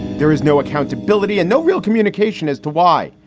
there is no accountability and no real communication as to why.